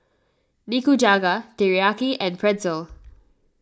Nikujaga Teriyaki and Pretzel